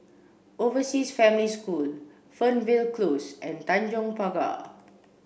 Overseas Family School Fernvale Close and Tanjong Pagar